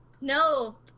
No